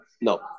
No